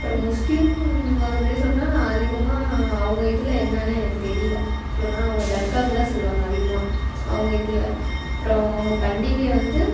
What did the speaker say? அப்புறம் முஸ்லிம் மதப்படி சொன்னால் நான் அதிகமாக அவங்க இதில் என்னன்னு எனக்கு தெரியிலை சொல்ல போனால் அவங்க தர்காவுக்கு தான் செல்லுவாங்க அதிகமாக அவங்க இதில் அப்பறம் அவங்க பண்டிகை வந்து